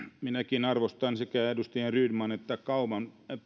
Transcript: minäkin arvostan sekä edustaja rydmanin että kauman